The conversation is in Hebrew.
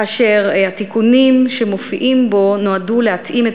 אשר התיקונים שמופיעים בו נועדו להתאים את